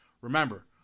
Remember